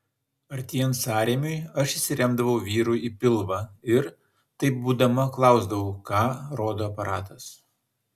artėjant sąrėmiui aš įsiremdavau vyrui į pilvą ir taip būdama klausdavau ką rodo aparatas